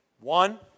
One